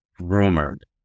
Rumored